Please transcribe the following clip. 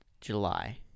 July